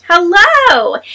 Hello